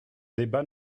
débat